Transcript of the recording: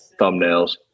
thumbnails